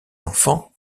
enfants